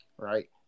Right